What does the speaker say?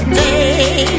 day